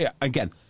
again